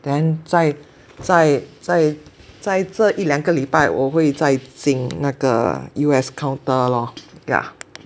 then 在在在在这一两个礼拜我会再进那个 U_S counter lor yeah